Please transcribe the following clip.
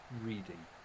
reading